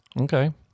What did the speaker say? Okay